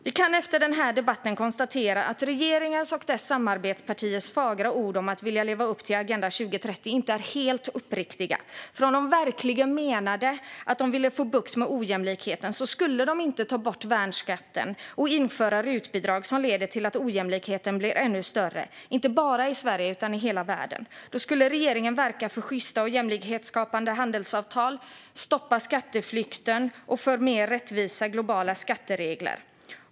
Vi kan efter den här debatten konstatera att regeringens och dess samarbetspartiers fagra ord om att vilja leva upp till Agenda 2030 inte är helt uppriktiga. Om de verkligen menade att de ville få bukt med ojämlikheten skulle de nämligen inte ta bort värnskatten och införa RUT-bidrag som leder till att ojämlikheten blir ännu större - inte bara i Sverige utan i hela världen. Då skulle regeringen i stället verka för sjysta och jämlikhetsskapande handelsavtal, för att stoppa skatteflykten och för mer rättvisa globala skatteregler.